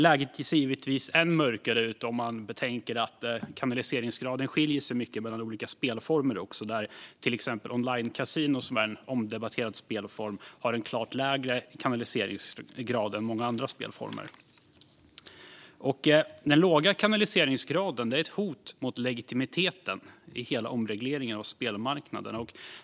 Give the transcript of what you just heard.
Läget ser givetvis än mörkare ut om man betänker att kanaliseringsgraden skiljer sig mycket mellan olika spelformer, där till exempel online-kasino, som är en omdebatterad spelform, har en klart lägre kanaliseringsgrad än många andra spelformer. Den låga kanaliseringsgraden är ett hot mot legitimiteten i hela omregleringen av spelmarknaden.